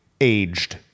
aged